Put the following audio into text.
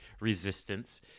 resistance